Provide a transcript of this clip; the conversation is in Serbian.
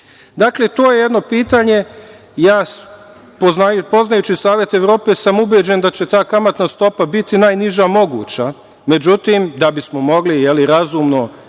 to je jedno pitanje. Poznajući Savet Evrope, ubeđen sam da će ta kamatna stopa biti najniža moguća. Međutim, da bismo mogli razumno